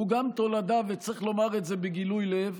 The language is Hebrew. הוא גם תולדה, וצריך לומר את זה בגילוי לב,